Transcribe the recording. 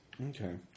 Okay